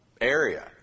area